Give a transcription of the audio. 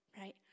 Right